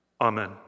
Amen